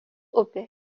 upė